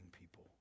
people